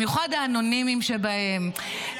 במיוחד האנונימיים שבהם,